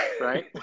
right